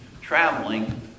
traveling